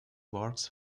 works